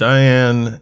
Diane